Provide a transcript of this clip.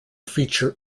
feature